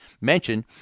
mentioned